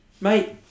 Mate